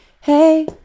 Hey